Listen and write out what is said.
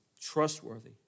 trustworthy